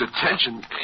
attention